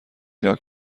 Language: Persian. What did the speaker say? لاک